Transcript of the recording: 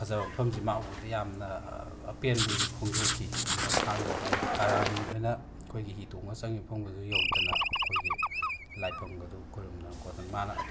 ꯐꯖꯕ ꯃꯐꯝꯁꯦ ꯃꯥ ꯎꯕꯗ ꯌꯥꯝꯅ ꯑꯄꯦꯟꯕꯁꯨ ꯐꯣꯡꯗꯣꯛꯈꯤ ꯑꯗꯨꯒ ꯊꯥꯡꯒ ꯍꯥꯏꯔꯤꯕ ꯀꯔꯥꯡ ꯑꯅ ꯑꯩꯈꯣꯏꯒꯤ ꯍꯤ ꯇꯣꯡꯉꯒ ꯆꯪꯉꯤꯕ ꯃꯐꯝꯒꯗꯨ ꯌꯧꯗꯅ ꯑꯩꯈꯣꯏꯒꯤ ꯂꯥꯏꯐꯝꯒꯗꯨ ꯈꯣꯏꯔꯝꯗꯅ ꯈꯣꯠꯇꯅ ꯃꯥꯅ